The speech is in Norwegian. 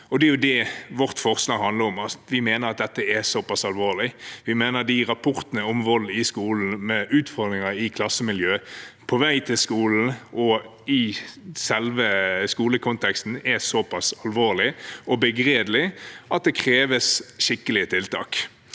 Det er jo det vårt forslag handler om: Vi mener at dette er såpass alvorlig. Vi mener at rapportene om vold i skolen, med utfordringer i klassemiljøet, på vei til skolen og i selve skolekonteksten, er såpass alvorlige og begredelige at det kreves skikkelige tiltak.